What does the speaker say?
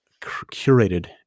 curated